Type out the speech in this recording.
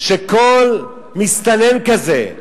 כל מסתנן כזה,